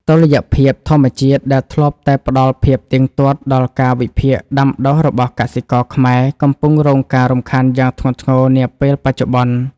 តុល្យភាពធម្មជាតិដែលធ្លាប់តែផ្ដល់ភាពទៀងទាត់ដល់កាលវិភាគដាំដុះរបស់កសិករខ្មែរ កំពុងរងការរំខានយ៉ាងធ្ងន់ធ្ងរនាពេលបច្ចុប្បន្ន។